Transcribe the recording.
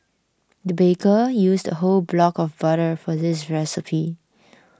the baker used a whole block of butter for this recipe